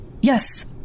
Yes